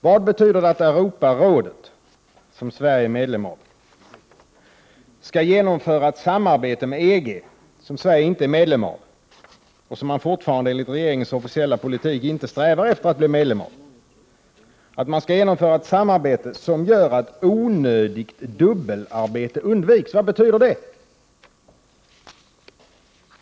Vad betyder det att Europarådet, som Sverige är medlem av, med EG, som Sverige inte är medlem av och som Sverige fortfarande enligt regeringens officiella politik inte strävar efter att bli medlem av, skall genomföra ett samarbete så att onödigt dubbelarbete undviks?